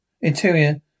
interior